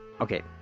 Okay